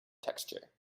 texture